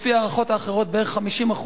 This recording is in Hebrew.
לפי הערכות אחרות בערך 50%,